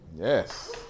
Yes